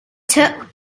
took